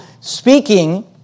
speaking